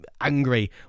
angry